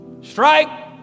Strike